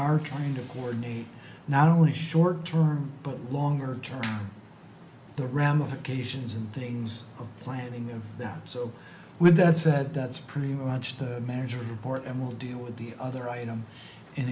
are trying to coordinate not only short term but longer term the ramifications and things of planning of that so with that said that's pretty much the manager report and will deal with the other item